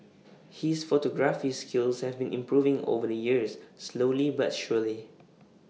his photography skills have been improving over the years slowly but surely